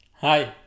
Hi